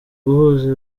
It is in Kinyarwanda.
guhuza